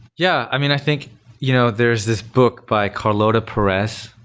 yeah. i mean, i think you know there is this book by carlota perez,